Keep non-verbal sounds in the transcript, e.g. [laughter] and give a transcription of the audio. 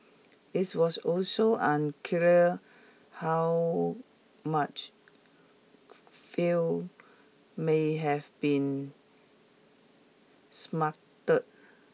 this was also unclear how much [hesitation] fuel may have been [unintelligible]